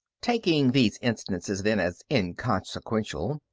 taking these instances, then, as inconsequential,